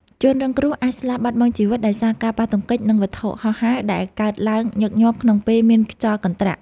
ជនរងគ្រោះអាចស្លាប់បាត់បង់ជីវិតដោយសារការប៉ះទង្គិចនឹងវត្ថុហោះហើរដែលកើតឡើងញឹកញាប់ក្នុងពេលមានខ្យល់កន្ត្រាក់។